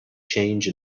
change